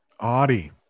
Audi